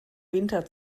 winter